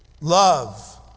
Love